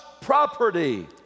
property